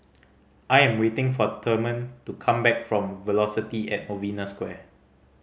I am waiting for Therman to come back from Velocity at Novena Square